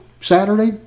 Saturday